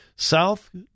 South